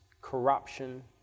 corruption